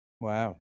Wow